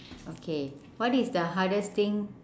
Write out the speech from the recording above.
okay what is the hardest thing